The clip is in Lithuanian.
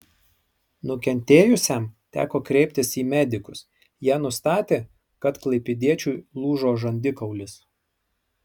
nukentėjusiajam teko kreiptis į medikus jie nustatė kad klaipėdiečiui lūžo žandikaulis